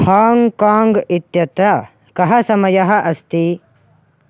Hong Kong इत्यत्र कः समयः अस्ति